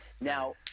Now